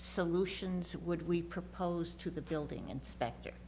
solutions would we proposed to the building inspector